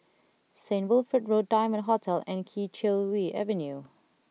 Saint Wilfred Road Diamond Hotel and Kee Choe Avenue